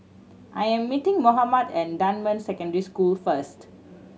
I am meeting Mohammed at Dunman Secondary School first